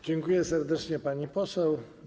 Dziękuję serdecznie, pani poseł.